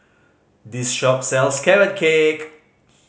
this shop sells Carrot Cake